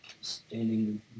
standing